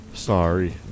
Sorry